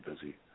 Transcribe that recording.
busy